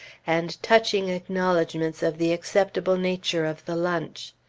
and touching acknowledgments of the acceptable nature of the lunch.